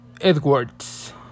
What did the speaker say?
edwards